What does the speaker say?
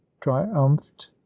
triumphed